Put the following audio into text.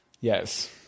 Yes